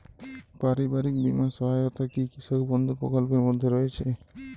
পারিবারিক বীমা সহায়তা কি কৃষক বন্ধু প্রকল্পের মধ্যে রয়েছে?